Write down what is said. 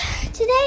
today